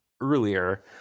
earlier